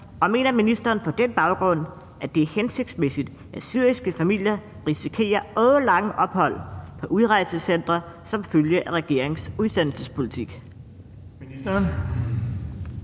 og mener ministeren på den baggrund, at det er hensigtsmæssigt, at syriske familier risikerer årelange ophold på udrejsecentre som følge af regeringens udsendelsespolitik?